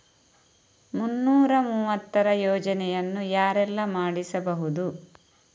ಮುನ್ನೂರ ಮೂವತ್ತರ ಯೋಜನೆಯನ್ನು ಯಾರೆಲ್ಲ ಮಾಡಿಸಬಹುದು?